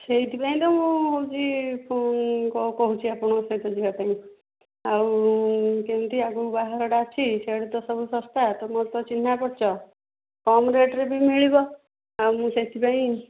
ସେଇଥିପାଇଁ ତ ମୁଁ ହଉଛି କହୁଛି ଆପଣଙ୍କ ସହିତ ଯିବା ପାଇଁ ଆଉ କେମିତି ଆଗକୁ ବାହାଘରଟା ଅଛି ସେଇଆଡ଼େ ତ ସବୁ ଶସ୍ତା ତମର ତ ଚିହ୍ନା ପରିଚୟ କମ ରେଟ୍ରେ ବି ମିଳିବ ଆଉ ମୁଁ ସେଇଥିପାଇଁ